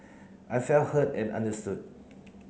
I felt heard and understood